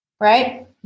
right